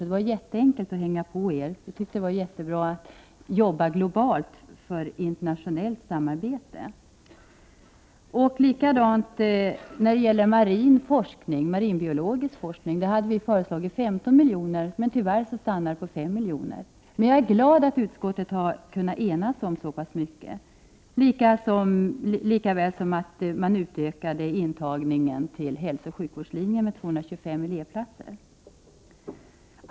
Det var alltså mycket enkelt att hänga på ert förslag. Vi tyckte att det var jättebra att jobba globalt för internationellt samarbete. När det gäller marinbiologisk forskning hade vi föreslagit 15 milj.kr., men tyvärr stannade anslaget på 5 milj.kr. Jag är emellertid glad över att utskottet har kunnat enas om så pass mycket liksom över att man har ökat antagningen till hälsooch sjukvårdslinjen med 225 elevplatser.